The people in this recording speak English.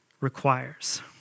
requires